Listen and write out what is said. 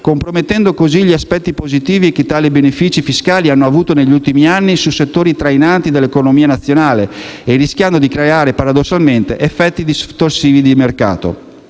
compromettendo così gli aspetti positivi che tali benefici fiscali hanno avuto negli ultimi anni su settori trainanti dell'economia nazionale e rischiando di creare paradossalmente effetti distorsivi di mercato.